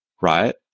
right